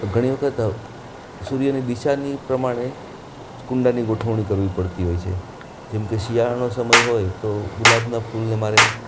ઘણી વખત સૂર્યની દિશાની પ્રમાણે કુંડાની ગોઠવણી કરવી પડતી હોય છે જેમ કે શિયાળાનો સમય હોય તો ગુલાબના ફૂલને મારે